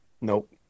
Nope